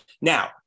now